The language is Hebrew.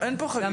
אין פה חגיגה.